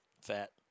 fat